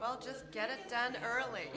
well just get it done early